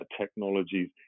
technologies